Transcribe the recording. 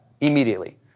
immediately